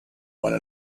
one